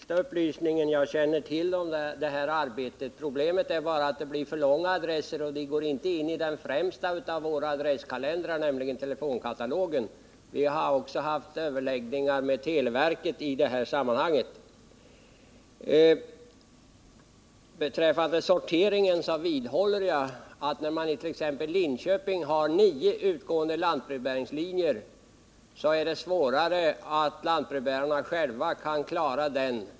Herr talman! Jag tackar för den sista upplysningen. Jag känner till det här arbetet. Problemet är bara att det blir för långa adresser. De går inte in i den främsta av våra adresskalendrar, nämligen telefonkatalogen. Vi har också haft överläggningar med televerket i detta sammanhang. Beträffande sorteringen vidhåller jag att när man it.ex. Linköping har nio utgående lantbrevbäringslinjer, är det svårare för lantbrevbärarna att själva klara sorteringen.